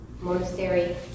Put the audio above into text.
monastery